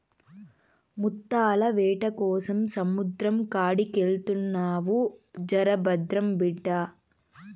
ముత్తాల వేటకోసం సముద్రం కాడికెళ్తున్నావు జర భద్రం బిడ్డా